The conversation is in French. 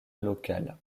local